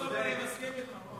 סוף-סוף אני מסכים איתך, רון.